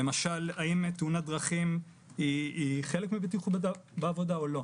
למשל האם תאונת דרכים היא חלק מבטיחות בעבודה או לא?